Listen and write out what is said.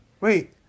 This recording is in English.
Wait